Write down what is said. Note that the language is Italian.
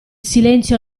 silenzio